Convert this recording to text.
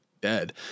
dead